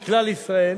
מכלל ישראל,